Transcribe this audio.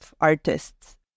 artists